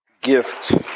gift